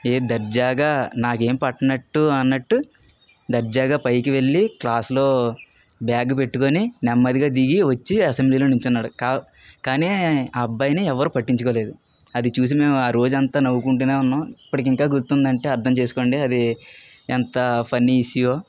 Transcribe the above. ఏ దర్జాగా నాకేం పట్టనట్టు అన్నట్టు దర్జాగా పైకి వెళ్ళి క్లాసులో బ్యాగ్ పెట్టుకుని నెమ్మదిగా దిగి వచ్చి అసెంబ్లీలో నిల్చున్నాడు కానీ ఆ అబ్బాయిని ఎవరు పట్టించుకోలేదు అది చూసి మేము ఆ రోజంతా నవ్వుకుంటూనే ఉన్నాం ఇప్పటికీ ఇంకా గుర్తు ఉందంటే అర్థం చేసుకోండి అది ఎంత ఫన్నీ ఇష్యూయో